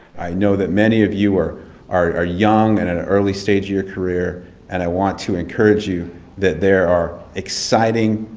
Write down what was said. i know that many of you are are young, and an early stage of your career and i want to encourage you that there are exciting,